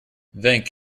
thank